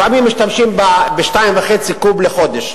לפעמים משתמשים ב-2.5 קוב לחודש.